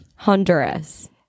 Honduras